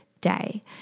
day